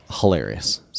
hilarious